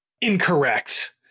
incorrect